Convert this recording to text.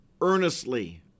earnestly